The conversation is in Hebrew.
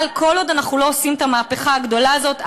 אבל כל עוד אנחנו לא עושים את המהפכה הגדולה הזאת,